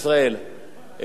גברתי היושבת-ראש,